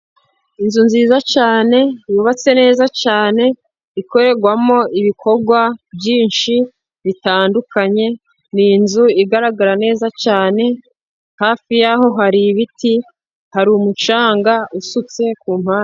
Inzu nziza cyane, yubatse neza cyane, ikorerwamo ibikorwa byinshi bitandukanye, ni inzu igaragara neza cyane, hafi yaho hari ibiti, hari umucanga usutse ku mpande.